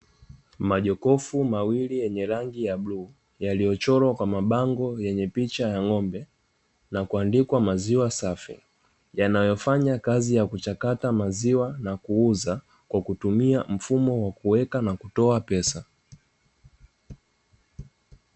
Majokofu mawili yenye rangi ya bluu, yaliyochorwa kwa mabango yenye picha ya ng'ombe na kuandikwa "Maziwa safi", yanayofanya kazi ya kuchakata maziwa na kuuza kwa kutumia mfumo wa kuweka na kutoa pesa.